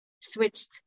switched